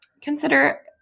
consider